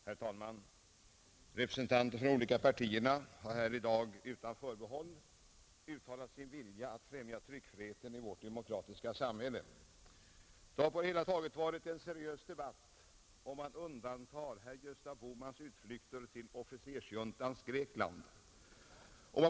Herr talman! Representanter för de olika partierna har här i dag, utan förbehåll, uttalat sin vilja att främja tryckfriheten i vårt demokratiska samhälle. Det har på det hela taget varit en seriös debatt, om man undantar herr Gösta Bohmans utflykter till officersjuntans Grekland.